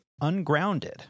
ungrounded